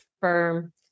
firm